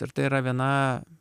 ir tai yra viena